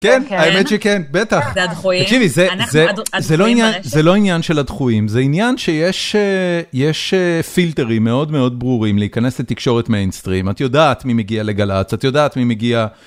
כן, האמת שכן, בטח. זה הדחויים? תקשיבי, זה לא עניין של הדחויים, זה עניין שיש פילטרים מאוד מאוד ברורים להיכנס לתקשורת מיינסטרים. את יודעת מי מגיע לגל"צ, את יודעת מי מגיע...